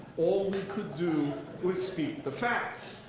all we could do was speak the facts.